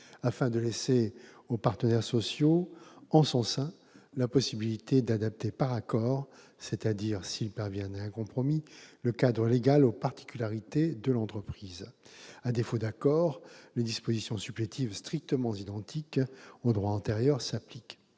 afin de laisser aux partenaires sociaux, en son sein, la possibilité d'adapter par accord, c'est-à-dire s'ils parviennent à un compromis, le cadre légal aux particularités de l'entreprise. À défaut d'accord, des dispositions supplétives, strictement identiques au droit antérieur, s'appliquent.